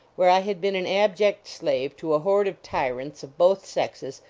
where i had been an abject slave to a horde of tyrants, of both sexes,